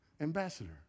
Ambassador